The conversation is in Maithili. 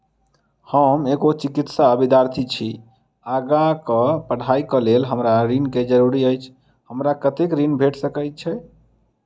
हम एगो चिकित्सा विद्यार्थी छी, आगा कऽ पढ़ाई कऽ लेल हमरा ऋण केँ जरूरी अछि, हमरा कत्तेक ऋण भेट सकय छई?